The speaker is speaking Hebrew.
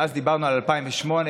ואז דיברנו על 2008,